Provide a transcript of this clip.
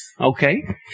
okay